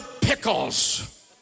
pickles